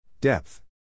Depth